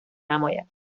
نماید